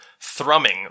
thrumming